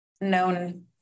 known